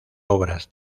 obras